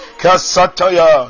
kasataya